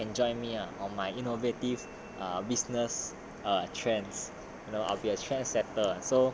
maybe one day you can join me ah on my innovative business err trends you know I'll be a trend setter